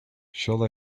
shall